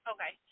Okay